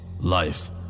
life